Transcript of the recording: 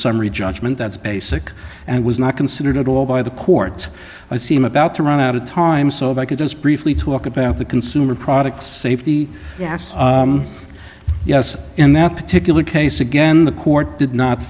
summary judgment that's basic and was not considered at all by the court i seem about to run out of time so if i could just briefly talk about the consumer products safety yes in that particular case again the court did not